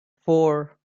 four